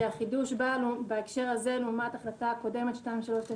החידוש בנו בהקשר הזה לעומת ההחלטה הקודמת 2397